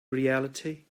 reality